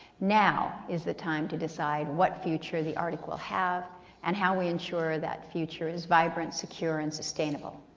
now is the time to decide what future the arctic will have and how we ensure that future is vibrant, secure, and sustainable.